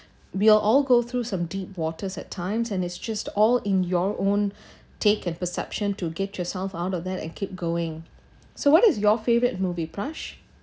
we are all go through some deep waters at times and it's just all in your own taken perception to get yourself out of that and keep going so what is your favorite movie prash